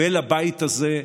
וגם לבית הזה,